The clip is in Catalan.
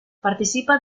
participa